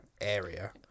area